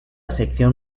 sección